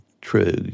true